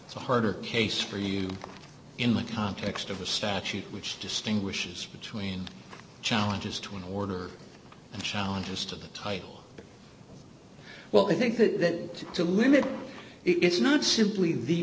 in a harder case for you in the context of a statute which distinguishes between challenges to an order and challenges to the title well i think that to limit it's not simply the